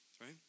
right